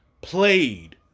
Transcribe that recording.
played